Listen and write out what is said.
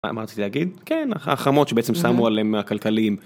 מה רציתי להגיד? כן, החמות שבעצם שמו עליהם הכלכליים.